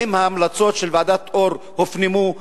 האם ההמלצות של ועדת-אור הופנמו?